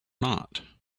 not